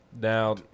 Now